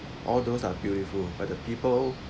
all those are beautiful but the people